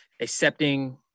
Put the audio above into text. accepting